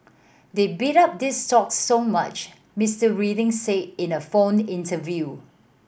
they bid up these stocks so much Mister Reading said in a phone interview